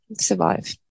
survive